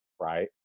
right